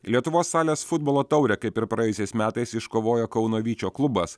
lietuvos salės futbolo taurę kaip ir praėjusiais metais iškovojo kauno vyčio klubas